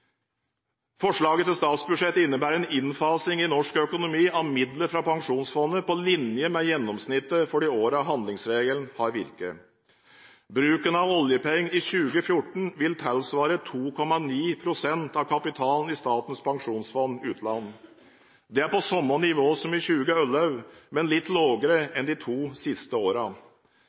Forslaget til statsbudsjett innebærer en innfasing i norsk økonomi av midler fra Pensjonsfondet på linje med gjennomsnittet for de årene handlingsregelen har virket. Bruken av oljepenger i 2014 vil tilsvare 2,9 pst. av kapitalen i Statens pensjonsfond utland. Det er på samme nivå som i 2011, men litt lavere enn de to siste